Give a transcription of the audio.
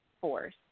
force